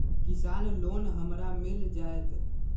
किसान लोन हमरा मिल जायत?